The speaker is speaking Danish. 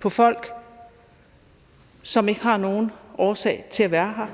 på folk, som ikke har nogen årsag til at være her.